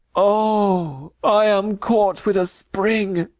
oh, i am caught with a spring!